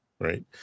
right